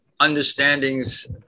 understandings